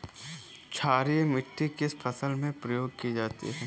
क्षारीय मिट्टी किस फसल में प्रयोग की जाती है?